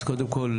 אז קודם כל,